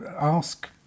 ask